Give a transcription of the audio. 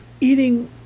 Eating